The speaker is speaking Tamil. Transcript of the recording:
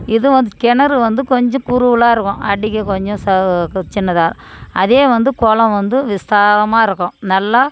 இது வந்து கிணறு வந்து கொஞ்சம் குறுவலாக இருக்கும் அடிக்க கொஞ்சம் சௌ சின்னதாக அதே வந்து குளம் வந்து விஸ்தாரமாக இருக்கும் நல்லா